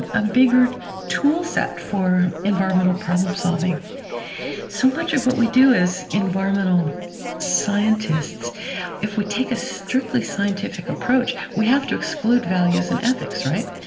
ah bigger toolset for environmental problem-solving so much of what we do as environmental scientists if we take a strictly scientific approach, we have to exclude values and ethics, right?